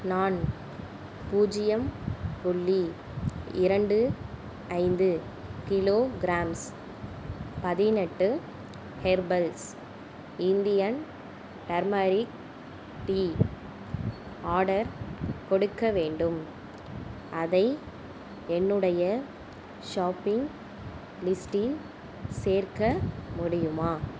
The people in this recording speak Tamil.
நான் பூஜ்ஜியம் புள்ளி இரண்டு ஐந்து கிலோகிராம்ஸ் பதினெட்டு herbals Indian turmeric tea order கொடுக்க வேண்டும் அதை என்னுடைய ஷாப்பிங் லிஸ்ட்டில் சேர்க்க முடியுமா